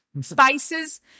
Spices